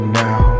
now